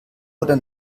oder